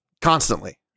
Constantly